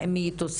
האם היא תוספת,